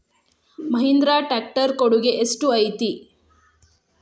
Mahindra tractor ಕೊಡುಗೆ ಎಷ್ಟು ಐತಿ?